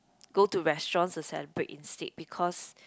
go to restaurants to celebrate instead because